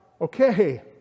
okay